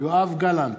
יואב גלנט,